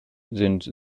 sind